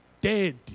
dead